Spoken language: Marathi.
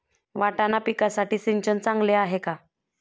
वाटाणा पिकासाठी सिंचन चांगले आहे का?